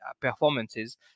performances